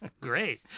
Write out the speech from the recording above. Great